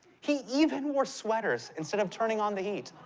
he even wore sweaters instead of turning on the heat.